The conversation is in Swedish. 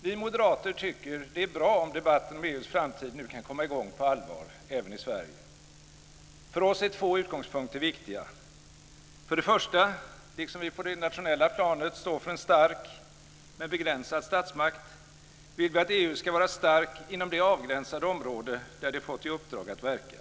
Vi moderater tycker det är bra om debatten om EU:s framtid nu kan komma i gång på allvar även i Sverige. För oss är två utgångspunkter viktiga. För det första: Liksom vi på det nationella planet står för en stark, men begränsad, statsmakt, vill vi att EU ska vara starkt inom det avgränsade område där det fått i uppdrag att verka.